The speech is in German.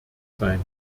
sein